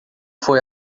foi